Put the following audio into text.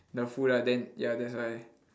the food lah then ya that's why